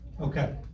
okay